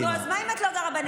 נו, אז מה אם את לא גרה בנגב?